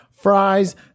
Fries